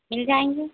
मिल जाएंगे